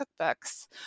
cookbooks